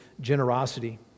generosity